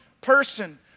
person